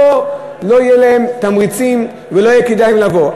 לא יהיו להם תמריצים ולא יהיה כדאי להם לבוא.